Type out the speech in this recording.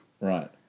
Right